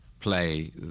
play